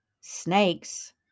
snakes